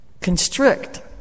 constrict